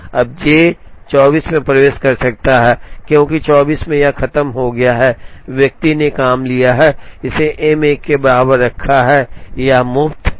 अब जे 4 24 में प्रवेश कर सकता है क्योंकि 24 में यह खत्म हो गया है व्यक्ति ने काम लिया है और इसे एम 1 के बाहर रखा है यह मुफ़्त है